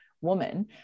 woman